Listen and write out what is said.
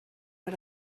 per